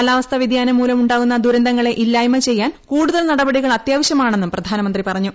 കാലാവസ്ഥ വൃതിയാനം മൂലമു ദ്വാകുന്ന ദുരന്തങ്ങളെ ഇല്ലായ്മ ചെയ്യാൻ കൂടുതൽ നടപടികൾ അത്യാവശ്യമാണെന്നും പ്രധാനമന്ത്രി പറഞ്ഞു